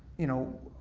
you know,